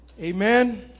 Amen